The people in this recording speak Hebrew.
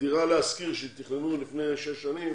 דירה להשכיר שתוכננו לפני שש שנים